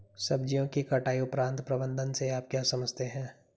सब्जियों की कटाई उपरांत प्रबंधन से आप क्या समझते हैं?